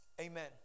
amen